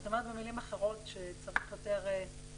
את אומרת במילים אחרות שצריך יותר לחנך?